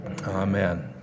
Amen